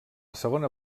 segona